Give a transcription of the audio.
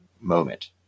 moment